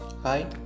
Hi